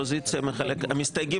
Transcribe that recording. בבקשה, משפט אחרון.